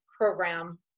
program